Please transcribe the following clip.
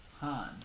Han